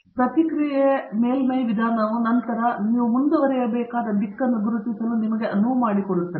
ಮತ್ತು ಪ್ರತಿಕ್ರಿಯೆ ಮೇಲ್ಮೈ ವಿಧಾನವು ನಂತರ ನೀವು ಮುಂದುವರೆಯಬೇಕಾದ ದಿಕ್ಕನ್ನು ಗುರುತಿಸಲು ನಿಮಗೆ ಅನುವು ಮಾಡಿಕೊಡುತ್ತದೆ